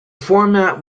format